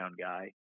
guy